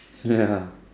yeah